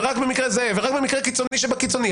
ורק במקרה קיצוני שבקיצוני,